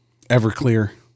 Everclear